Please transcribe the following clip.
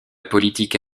politique